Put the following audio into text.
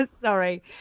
sorry